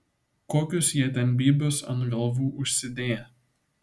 kokius jie ten bybius ant galvų užsidėję